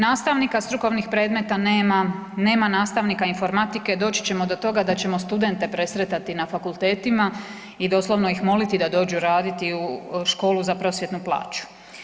Nastavnika strukovnih predmeta nema, nema nastavnika informatike, doći ćemo do toga da ćemo studente presretati na fakultetima i doslovno ih moliti da dođu raditi u školu za prosvjetnu plaću.